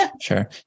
Sure